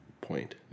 point